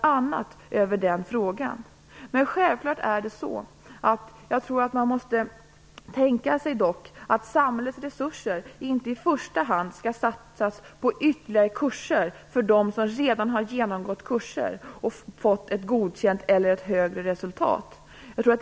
Jag tycker det är självklart att samhällets resurser inte i första hand skall satsas på ytterligare kurser för dem som redan har genomgått kurser och fått ett godkänt eller högre resultat.